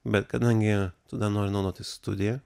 bet kadangi tu dar nori naudotis studija